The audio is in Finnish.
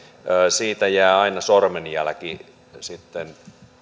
siitä jää aina sormenjälki sitten